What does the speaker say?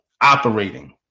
operating